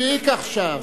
מספיק עכשיו.